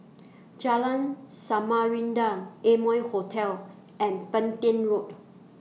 Jalan Samarinda Amoy Hotel and Petain Road